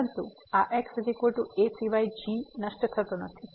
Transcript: પરંતુ આ x a સિવાય g નષ્ટ થતો નથી